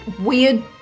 weird